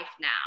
now